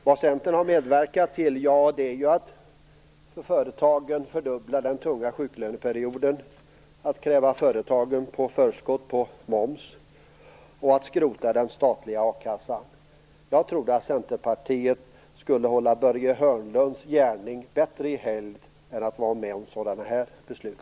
Vad Centern har medverkat till handlar om att fördubbla den tunga sjuklöneperioden för företagen, att kräva företagen på förskott vad gäller momsen och att skrota den statliga a-kassan. Jag trodde att Centerpartiet skulle hålla Börje Hörnlunds gärning bättre i helgd och inte vara med på sådana beslut.